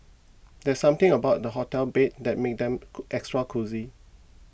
there's something about hotel beds that makes them extra cosy